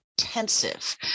intensive